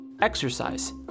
Exercise